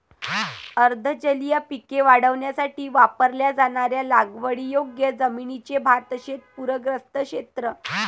अर्ध जलीय पिके वाढवण्यासाठी वापरल्या जाणाऱ्या लागवडीयोग्य जमिनीचे भातशेत पूरग्रस्त क्षेत्र